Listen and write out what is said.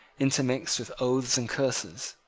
intermixed with oaths and curses.